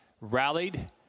Rallied